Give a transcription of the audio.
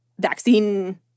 vaccine